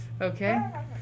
Okay